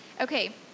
okay